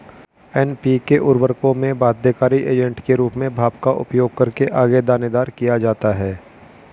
NPK उर्वरकों में बाध्यकारी एजेंट के रूप में भाप का उपयोग करके आगे दानेदार किया जाता है